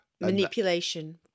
Manipulation